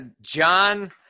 John